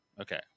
Okay